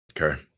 Okay